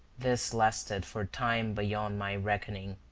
this lasted for time beyond my reckoning.